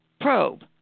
Probe